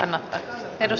aina edes